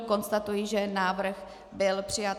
Konstatuji, že návrh byl přijat.